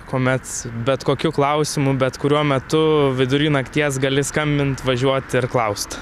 kuomet bet kokiu klausimu bet kuriuo metu vidury nakties gali skambint važiuot ir klaust